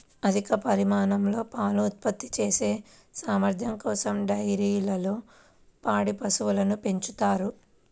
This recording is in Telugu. అధిక పరిమాణంలో పాలు ఉత్పత్తి చేసే సామర్థ్యం కోసం డైరీల్లో పాడి పశువులను పెంచుతారు